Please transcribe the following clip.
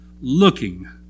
looking